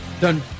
Done